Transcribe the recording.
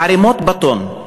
ערמות בטון.